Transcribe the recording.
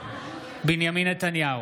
בנימין נתניהו,